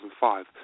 2005